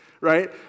right